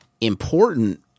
important